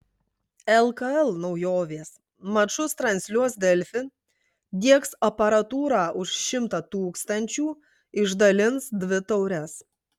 lkl naujovės mačus transliuos delfi diegs aparatūrą už šimtą tūkstančių išdalins dvi taures